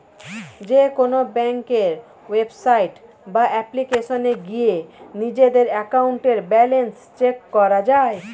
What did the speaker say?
যেকোনো ব্যাংকের ওয়েবসাইট বা অ্যাপ্লিকেশনে গিয়ে নিজেদের অ্যাকাউন্টের ব্যালেন্স চেক করা যায়